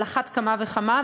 על אחת כמה וכמה.